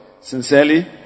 Sincerely